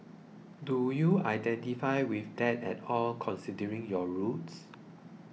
do you identify with that at all considering your roots